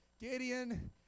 Gideon